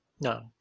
No